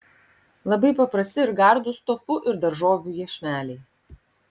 labai paprasti ir gardūs tofu ir daržovių iešmeliai